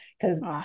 because-